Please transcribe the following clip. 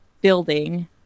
building